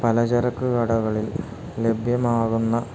പലചരക്ക് കടകളിൽ ലഭ്യമാകുന്ന